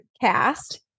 cast